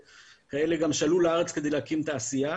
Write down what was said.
כאלה שגם עלו לארץ כדי להקים תעשייה.